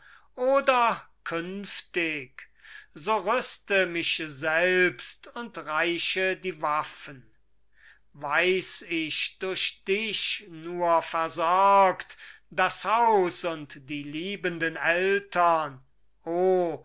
oder künftig so rüste mich selbst und reiche die waffen weiß ich durch dich nur versorgt das haus und die liebenden eltern oh